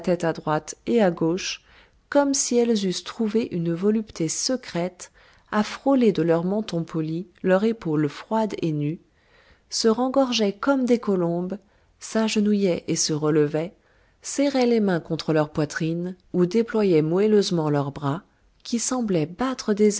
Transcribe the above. à droite et à gauche comme si elles eussent trouvé une volupté secrète à frôler de leur menton poli leur épaule froide et nue se rengorgeaient comme des colombes s'agenouillaient et se relevaient serraient les mains contre leur poitrine ou déployaient moelleusement leurs bras qui semblaient battre